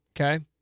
Okay